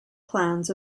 plans